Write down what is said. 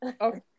Okay